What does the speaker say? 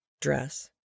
dress